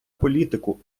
політику